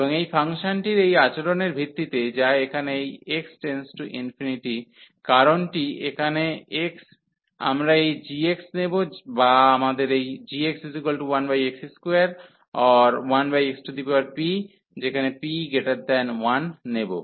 এবং এই ফাংশনটির এই আচরণের ভিত্তিতে যা এখানে এই x→∞ কারণটি এখানে x আমরা এই g নেব বা আমাদের এই gx1x2or1xpp1 নেব